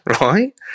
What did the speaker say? right